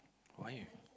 why